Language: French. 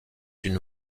une